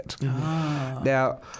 Now